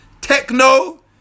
techno